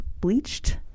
bleached